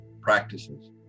practices